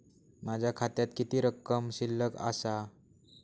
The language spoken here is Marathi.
माझ्या खात्यात किती रक्कम शिल्लक आसा?